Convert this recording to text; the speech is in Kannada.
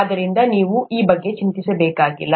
ಆದ್ದರಿಂದ ನೀವು ಈ ಬಗ್ಗೆ ಚಿಂತಿಸಬೇಕಾಗಿಲ್ಲ